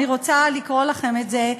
אני רוצה לקרוא לכם את זה,